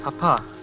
Papa